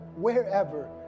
wherever